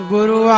Guru